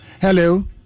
Hello